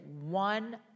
one